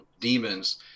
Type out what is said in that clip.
demons